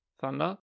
Thunder